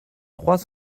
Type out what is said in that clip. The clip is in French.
trois